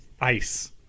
ICE